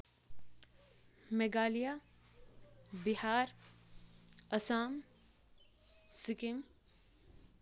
Meghalaya Bihar Assam Sikkim